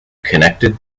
connected